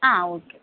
ആ ഓക്കെ